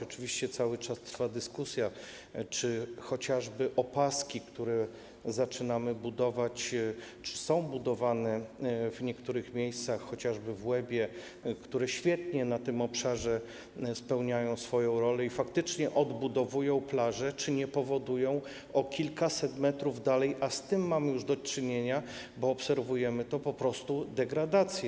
Oczywiście cały czas trwa dyskusja, czy chociażby opaski, które zaczynamy budować czy są budowane w niektórych miejscach, chociażby w Łebie, które świetnie na tym obszarze spełniają swoją rolę i faktycznie odbudowują plaże, czy nie powodują o kilkaset metrów dalej - a z tym mamy już do czynienia, obserwujemy to - po prostu degradacji.